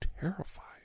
terrified